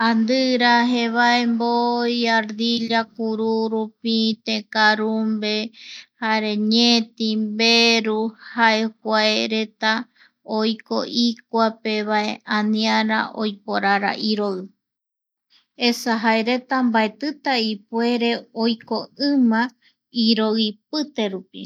Andira, jevae, mboi, ardilla, kururu pite karumbe, jare ñeti, mberu jae kuareta oike ikuapevae aniara oiporara iroi, esa jaereta mbaetita ipuere oiko ima iroi ipiterupi.